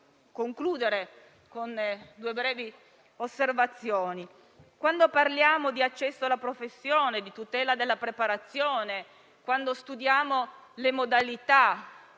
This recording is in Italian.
concludere con due brevi osservazioni. Quando parliamo di accesso alla professione e di tutela della preparazione, quando studiamo le modalità